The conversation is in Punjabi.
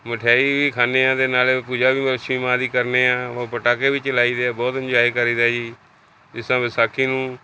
ਮਠਿਆਈ ਵੀ ਖਾਂਦੇ ਹਾਂ ਅਤੇ ਨਾਲੇ ਪੂਜਾ ਵੀ ਲੱਛਮੀ ਮਾਂ ਦੀ ਕਰਦੇ ਹਾਂ ਉਹ ਪਟਾਕੇ ਵੀ ਚਲਾਈਦੇ ਹੈ ਬਹੁਤ ਇੰਜੋਏ ਕਰੀਦਾ ਜੀ ਜਿਸ ਤਰ੍ਹਾਂ ਵਿਸਾਖੀ ਨੂੰ